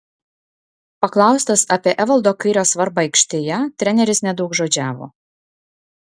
paklaustas apie evaldo kairio svarbą aikštėje treneris nedaugžodžiavo